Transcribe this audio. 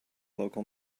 local